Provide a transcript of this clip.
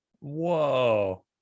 whoa